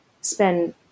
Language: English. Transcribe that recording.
spend